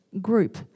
group